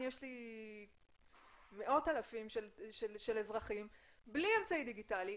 יש לי מאות אלפים של אזרחים בלי אמצעי דיגיטלי.